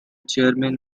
chairman